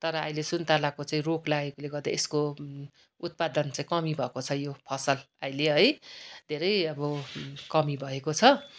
तर अहिले सुन्तलाको चाहिँ रोग लागेकोले गर्दा यसको उत्पादन चाहिँ कमी भएको छ यो फसल अहिले है धैरे अब कमी भएको छ